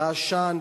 והעשן,